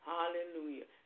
Hallelujah